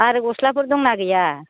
आरो गस्लाफोर दं ना गैया